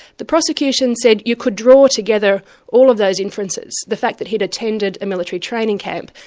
the prosecution said, you could draw together all of those inferences, the fact that he'd attended a military training camp,